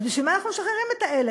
אז בשביל מה אנחנו משחררים את אלה,